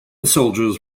soldiers